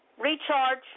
recharge